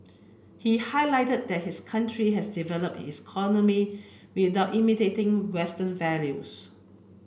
he highlighted that his country had developed its economy without imitating western values